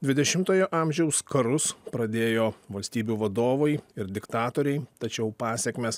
dvidešimtojo amžiaus karus pradėjo valstybių vadovai ir diktatoriai tačiau pasekmės